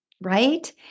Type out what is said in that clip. right